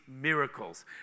miracles